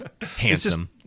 Handsome